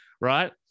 right